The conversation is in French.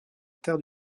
terre